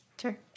Sure